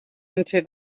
into